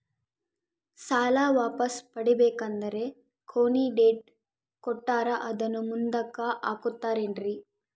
ಸಾಲ ವಾಪಾಸ್ಸು ಮಾಡಬೇಕಂದರೆ ಕೊನಿ ಡೇಟ್ ಕೊಟ್ಟಾರ ಅದನ್ನು ಮುಂದುಕ್ಕ ಹಾಕುತ್ತಾರೇನ್ರಿ?